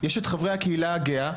יש את חברי הקהילה הגאה,